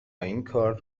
اینکار